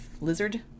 lizard